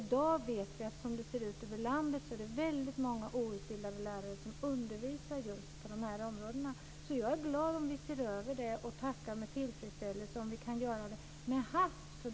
I dag vet vi att det runtom i landet är väldigt många outbildade lärare som undervisar just på de här områdena. Jag är glad om vi ser över detta och tackar med tillfredsställelse om vi kan göra det med hast.